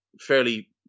fairly